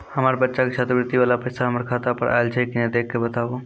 हमार बच्चा के छात्रवृत्ति वाला पैसा हमर खाता पर आयल छै कि नैय देख के बताबू?